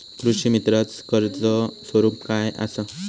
कृषीमित्राच कर्ज स्वरूप काय असा?